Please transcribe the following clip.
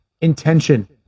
intention